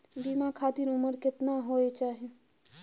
बीमा खातिर उमर केतना होय चाही?